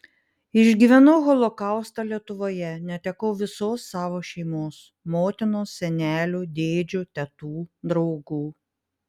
išgyvenau holokaustą lietuvoje netekau visos savo šeimos motinos senelių dėdžių tetų draugų